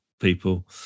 people